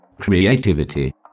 creativity